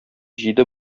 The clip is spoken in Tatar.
җиде